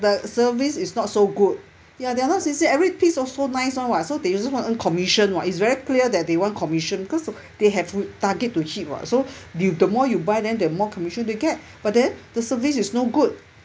the service is not so good ya they are not sincere every piece also nice [one] [what] so they also want to earn commission [what] it's very clear that they want commission because they have the target to hit [what] so you the more you buy then the more commission to get but then the service is no good